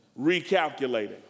Recalculating